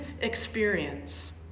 experience